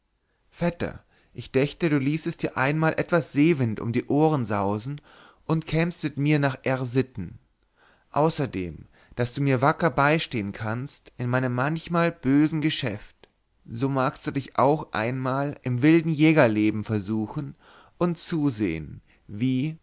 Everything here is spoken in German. vetter ich dächte du ließest dir einmal etwas seewind um die ohren sausen und kämst mit mir nach r sitten außerdem daß du mir wacker beistehen kannst in meinem manchmal bösen geschäft so magst du dich auch einmal im wilden jägerleben versuchen und zusehen wie